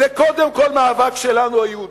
זה קודם כול מאבק שלנו, היהודים,